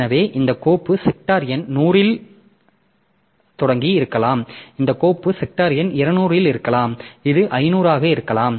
எனவே இந்த கோப்பு செக்டார் எண் 100 இல் தொடங்கி இருக்கலாம் இந்த கோப்பு செக்டார் எண் 200 இல் இருக்கலாம் இது 500 ஆக இருக்கலாம்